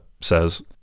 says